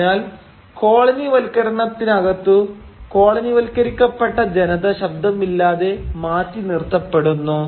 അതിനാൽ കോളനിവൽക്കരണത്തിനകത്തു കോളനിവൽക്കരിക്കപ്പെട്ട ജനത ശബ്ദമില്ലാതെ മാറ്റിനിർത്തപ്പെടുന്നു